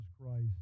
Christ